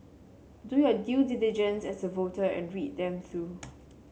do your due diligence as a voter and read them through